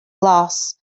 loss